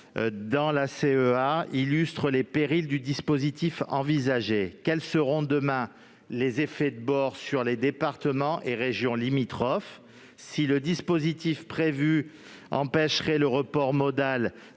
dans la CEA illustre les périls du dispositif envisagé. Quels seront, demain, les effets de bord sur les départements et régions limitrophes ? Si le dispositif prévu empêche le report modal